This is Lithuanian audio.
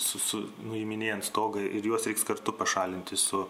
su su nuiminėjant stogą ir juos reiks kartu pašalinti su